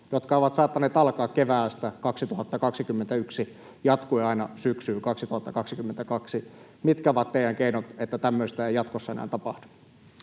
jotka ovat saattaneet alkaa keväästä 2021, jatku aina syksyyn 2022? Mitkä ovat teidän keinonne, että tämmöistä ei jatkossa enää tapahdu?